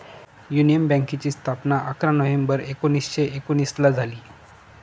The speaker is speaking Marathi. युनियन बँकेची स्थापना अकरा नोव्हेंबर एकोणीसशे एकोनिसला झाली